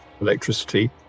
electricity